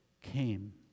came